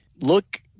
look